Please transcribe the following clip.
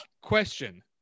question